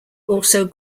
also